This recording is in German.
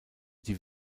die